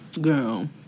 Girl